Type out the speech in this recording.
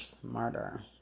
smarter